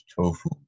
tofu